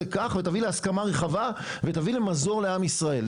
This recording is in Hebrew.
כך ותביא להסכמה רחבה ותביא למזור לעם ישראל.